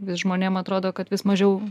vis žmonėm atrodo kad vis mažiau